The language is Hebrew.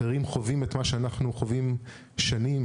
אחרים חווים את מה שאנחנו חווים שנים